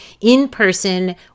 in-person